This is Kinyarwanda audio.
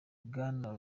bwana